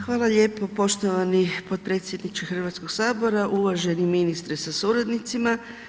Hvala lijepo poštovani potpredsjedniče Hrvatskog sabora, uvaženi ministre sa suradnicima.